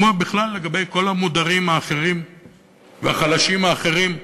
כמו בכלל לגבי כל המודרים האחרים והחלשים האחרים.